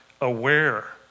aware